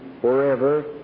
forever